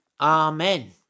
amen